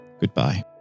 goodbye